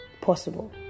possible